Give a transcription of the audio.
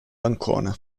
ancona